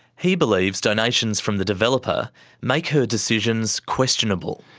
he believes donations from the developer make her decisions questionable.